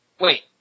Wait